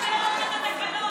(קוראת בשמות חברי הכנסת)